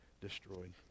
destroyed